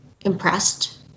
impressed